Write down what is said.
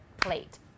plate